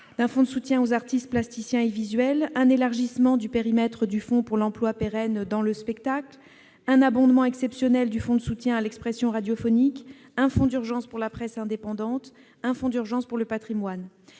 ; un fonds de soutien aux artistes plasticiens et visuels ; un élargissement du périmètre du fonds pour l'emploi pérenne dans le spectacle ; un abondement exceptionnel du fonds de soutien à l'expression radiophonique ; un fonds d'urgence pour la presse indépendante ; enfin, un fonds d'urgence pour le patrimoine.